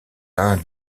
l’un